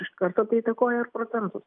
iš karto tai įtakoja ir procentus